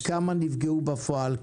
כמה נפגעו בפועל,